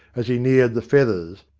as he ncared the feathers,